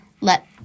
let